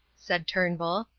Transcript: said turnbull.